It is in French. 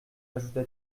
ajouta